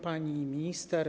Pani Minister!